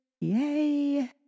Yay